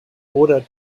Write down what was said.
order